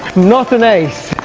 not an ace!